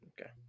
Okay